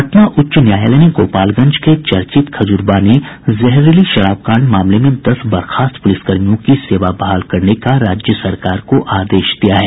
पटना उच्च न्यायालय ने गोपालगंज के चर्चित खजूरबानी जहरीली शराब कांड मामले में दस बर्खास्त पुलिसकर्मियों की सेवा बहाल करने का राज्य सरकार को आदेश दिया है